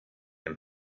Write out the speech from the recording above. and